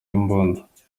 imbunda